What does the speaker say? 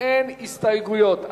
אין הסתייגויות.